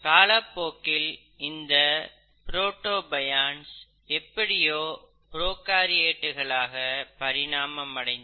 காலப்போக்கில் இந்த புரோட்டோபியன்ஸ் எப்படியோ புரோகாரியேட்டுளாக பரிணாமம் அடைந்து